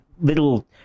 little